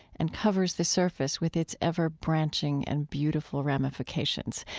and covers the surface with its ever branching and beautiful ramifications.